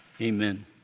Amen